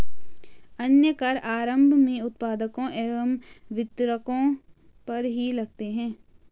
अन्य कर आरम्भ में उत्पादकों एवं वितरकों पर ही लगते हैं